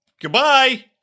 goodbye